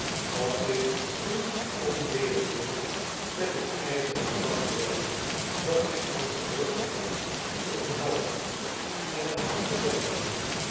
dat zich toen onledig hield met t ijzeren rasterwerk dat zich aan de brug bevond te omhelzen en er aan te zuigen